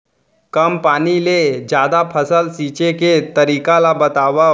कम पानी ले जादा फसल सींचे के तरीका ला बतावव?